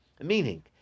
Meaning